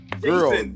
girl